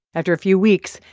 after a few weeks,